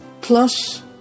Plus